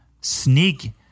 sneak